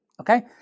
Okay